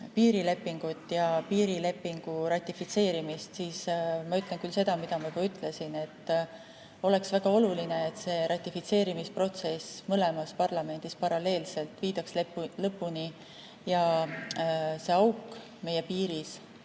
piirilepingut ja piirilepingu ratifitseerimist, siis ma ütlen küll seda, mida ma juba ütlesin, et oleks väga oluline, et see ratifitseerimisprotsess mõlemas parlamendis paralleelselt viidaks lõpuni ning see auk meie piiris